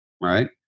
right